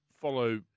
follow